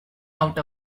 out